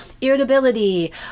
Irritability